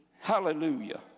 hallelujah